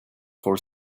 for